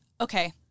okay